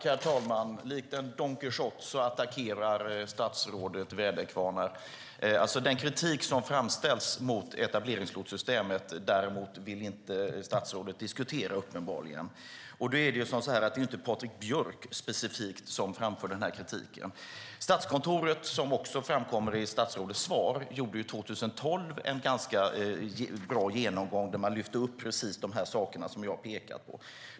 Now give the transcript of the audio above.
Herr talman! Likt en Don Quijote attackerar statsrådet väderkvarnar. Den kritik som framställts mot etableringslotssystemet vill statsrådet däremot uppenbarligen inte diskutera. Det är inte specifikt Patrik Björck som framför kritiken. Som framkommer i statsrådets svar gjorde Statskontoret 2012 en ganska bra genomgång där de lyfte fram precis de saker jag har pekat på.